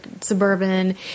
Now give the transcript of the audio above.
suburban